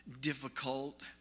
difficult